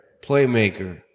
playmaker